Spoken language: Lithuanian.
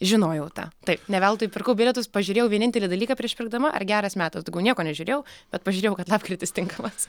žinojau tą taip ne veltui pirkau bilietus pažiūrėjau vienintelį dalyką prieš pirkdama ar geras metas daugiau nieko nežiūrėjau bet pažiūrėjau kad lapkritis tinkamas